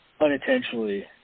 unintentionally